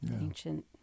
ancient